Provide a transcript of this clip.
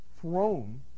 throne